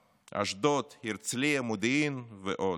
באשדוד, בהרצליה, במודיעין ועוד.